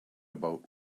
about